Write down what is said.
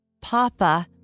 Papa